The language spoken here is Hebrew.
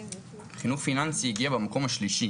חינוך פיננסי הגיע במקום השלישי